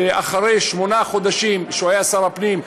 אחרי שמונה חודשים שהוא היה שר הפנים,